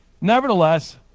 Nevertheless